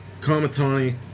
Kamatani